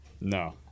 No